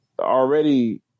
already